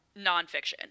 nonfiction